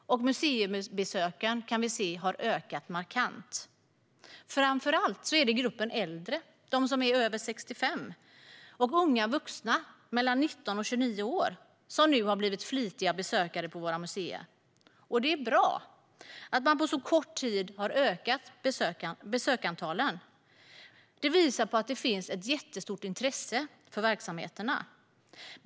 Museibesöken har ökat markant sedan dess, kan vi se. Framför allt är det gruppen äldre över 65 och unga vuxna mellan 19 och 29 år som nu har blivit flitiga besökare på våra museer. Det är bra att man på så kort tid har ökat besöksantalet. Det visar att det finns ett stort intresse för verksamheterna.